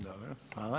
Dobro, hvala.